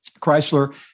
Chrysler